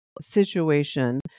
situation